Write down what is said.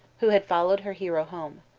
who had followed her hero home.